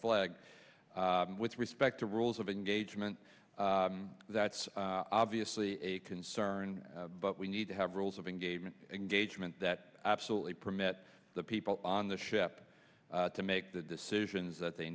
flag with respect to rules of engagement that's obviously a concern but we need to have rules of engagement engagement that absolutely permit the people on the ship to make the decisions that they